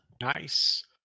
Nice